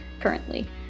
currently